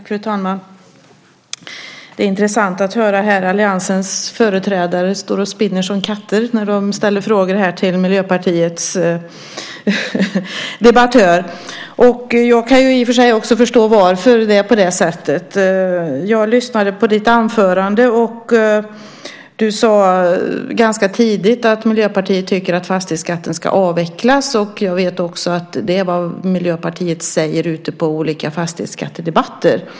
Fru talman! Det är intressant att höra hur alliansens företrädare här står och spinner som katter när de ställer frågor till Miljöpartiets debattör, och jag kan i och för sig förstå varför det är på det sättet. Jag lyssnade på ditt anförande, och du sade ganska tidigt att Miljöpartiet tycker att fastighetsskatten ska avvecklas. Jag vet också att det är vad Miljöpartiet säger ute på olika fastighetsskattedebatter.